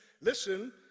listen